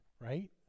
right